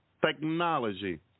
technology